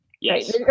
Yes